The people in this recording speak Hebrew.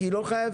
כי לא חייבים.